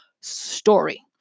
story